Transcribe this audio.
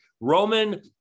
Roman